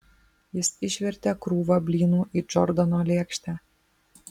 jis išvertė krūvą blynų į džordano lėkštę